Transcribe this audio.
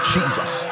Jesus